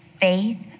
Faith